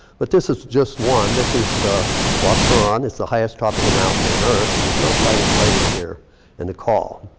but this is just one. this is huascaran, it's the highest tropical mountain on earth. and the drill site is right in here in the col.